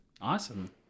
Awesome